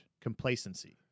complacency